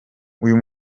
uyu